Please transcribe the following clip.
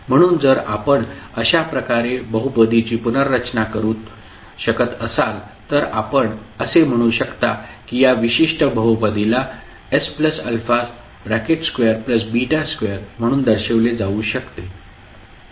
म्हणून जर आपण अशा प्रकारे बहुपदीची पुनर्रचना करू शकत असाल तर आपण असे म्हणू शकता की या विशिष्ट बहुपदीला sα22 म्हणून दर्शविले जाऊ शकते